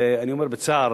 ואני אומר בצער,